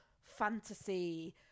fantasy